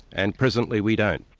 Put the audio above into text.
and presently we don't.